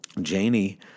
Janie